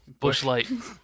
Bushlight